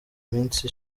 minsi